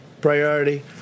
priority